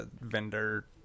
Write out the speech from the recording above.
vendor